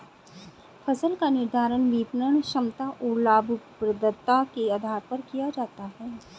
फसल का निर्धारण विपणन क्षमता और लाभप्रदता के आधार पर किया जाता है